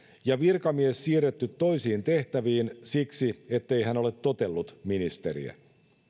ja virkamies siirretty toisiin tehtäviin siksi ettei hän ole totellut ministeriä